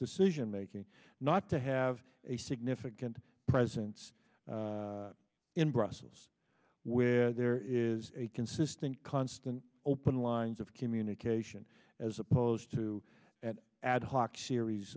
decision making not to have a significant presence in brussels where there is a consistent constant open lines of communication as opposed to an ad hoc series